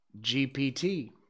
GPT